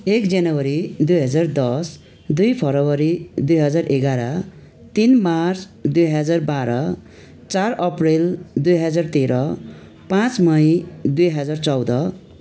एक जनवरी दुई हजार दस दुई फरवरी दुई हजार एघार तिन मार्च दुई हजार बाह्र चार अप्रेल दुई हजार तेह्र पाँच मई दुई हजार चौध